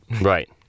right